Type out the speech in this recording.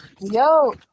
Yo